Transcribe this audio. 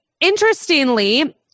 interestingly